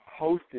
hosted